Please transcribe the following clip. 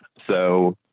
so.